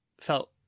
felt